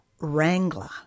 wrangler